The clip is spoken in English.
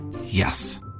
Yes